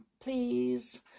please